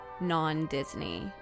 non-Disney